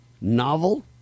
Novel